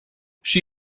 she